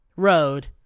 road